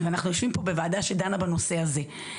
אנחנו יושבים פה בוועדה שדנה בנושא הזה,